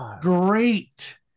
great